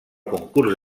concurs